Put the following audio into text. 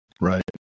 Right